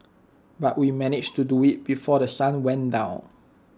but we managed to do IT before The Sun went down